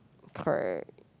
correct